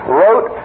wrote